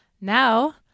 Now